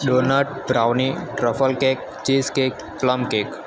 donut brownie truffle cake cheese cake plum cake